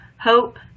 hope